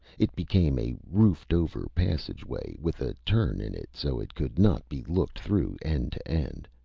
it became a roofed-over passageway, with a turn in it so it could not be looked through end to end.